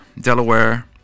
Delaware